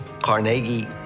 Carnegie